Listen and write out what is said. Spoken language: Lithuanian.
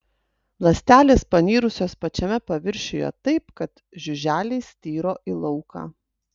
ląstelės panirusios pačiame paviršiuje taip kad žiuželiai styro į lauką